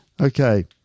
okay